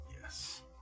Yes